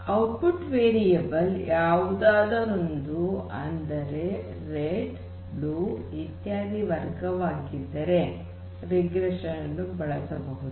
output variable ಯಾವುದಾದರೊಂದು ಅಂದರೆ ಕೆಂಪು ನೀಲಿ ಇತ್ಯಾದಿ ವರ್ಗವಾಗಿದ್ದರೆ ರಿಗ್ರೆಷನ್ ಅನ್ನು ಬಳಸಬಹುದು